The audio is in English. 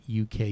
UK